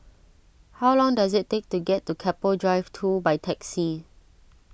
how long does it take to get to Keppel Drive two by taxi